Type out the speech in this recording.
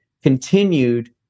Continued